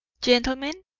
gentlemen,